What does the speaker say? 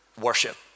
worship